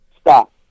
Stop